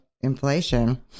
Inflation